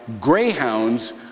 greyhounds